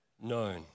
known